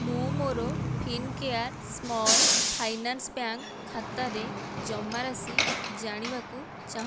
ମୁଁ ମୋର Fincare Small Finance Bank ଖାତାରେ ଜମାରାଶି ଜାଣିବାକୁ ଚାହୁଁଛି